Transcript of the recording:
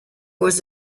was